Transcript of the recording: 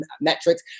metrics